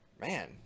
Man